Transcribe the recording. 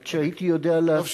רק שהייתי יודע להצביע,